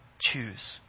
choose